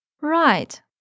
Right